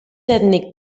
ètnic